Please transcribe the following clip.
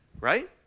right